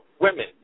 women